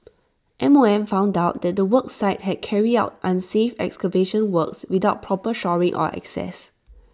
M O M found out that the work site had carried out unsafe excavation works without proper shoring or access